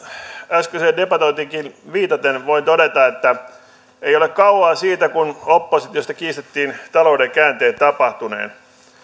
äskeiseen debatointiinkin viitaten voi todeta että ei ole kauaa siitä kun oppositiosta kiistettiin talouden käänteen tapahtuneen